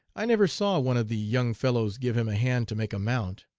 i never saw one of the young fellows give him a hand to make a mount.